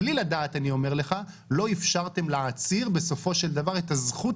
בלי לדעת אני אומר לך שלא אפשרתם לעציר בסופו של דבר את הזכות